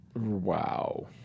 Wow